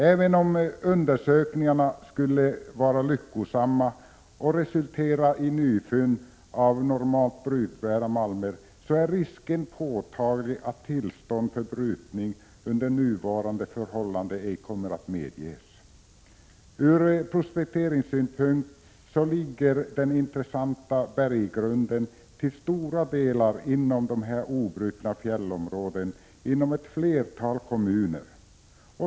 Även om undersökningarna skulle vara lyckosamma och resultera i nya fynd av normalt brytvärda malmer är risken påtaglig att tillstånd för brytning under nuvarande förhållande ej kommer att medges. Den ur prospekteringssynpunkt intressanta berggrunden ligger till stora delar i kommuner inom de obrutna fjällområdena.